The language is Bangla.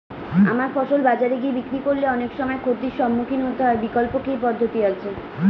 আমার ফসল বাজারে গিয়ে বিক্রি করলে অনেক সময় ক্ষতির সম্মুখীন হতে হয় বিকল্প কি পদ্ধতি আছে?